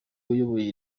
uyoboye